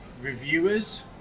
reviewers